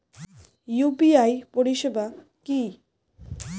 UPI পরিষেবা কি?